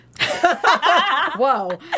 Whoa